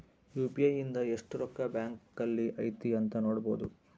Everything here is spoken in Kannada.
ಯು.ಪಿ.ಐ ಇಂದ ಎಸ್ಟ್ ರೊಕ್ಕ ಬ್ಯಾಂಕ್ ಅಲ್ಲಿ ಐತಿ ಅಂತ ನೋಡ್ಬೊಡು